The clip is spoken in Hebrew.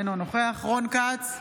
אינו נוכח רון כץ,